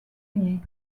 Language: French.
unis